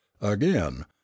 again